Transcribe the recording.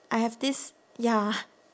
I have this ya